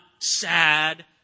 sad